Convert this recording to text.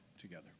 together